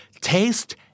Taste